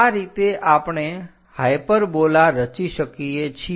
આ રીતે આપણે હાઈપરબોલા રચી શકીએ છીએ